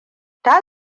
ta